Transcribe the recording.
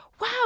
wow